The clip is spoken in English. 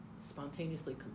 spontaneously